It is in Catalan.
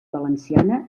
valenciana